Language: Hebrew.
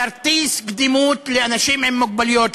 כרטיס קדימות לאנשים עם מוגבלויות,